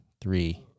three